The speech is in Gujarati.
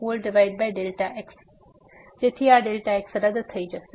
તેથી આ Δx રદ થઈ જશે